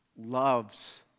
loves